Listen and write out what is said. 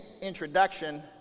introduction